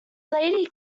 lady